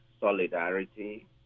solidarity